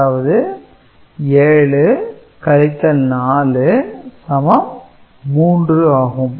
அதாவது 7 - 4 3 ஆகும்